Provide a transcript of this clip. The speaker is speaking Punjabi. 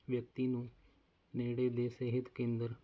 ਵਿਅਕਤੀ ਨੂੰ ਨੇੜੇ ਦੇ ਸਿਹਤ ਕੇਂਦਰ